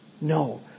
No